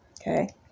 Okay